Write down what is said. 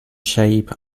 shape